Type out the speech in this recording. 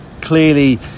clearly